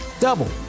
double